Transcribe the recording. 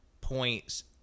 points